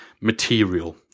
material